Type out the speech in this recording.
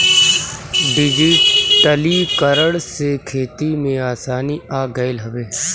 डिजिटलीकरण से खेती में आसानी आ गईल हवे